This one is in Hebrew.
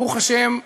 ברוך השם,